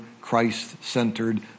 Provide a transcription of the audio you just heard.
Christ-centered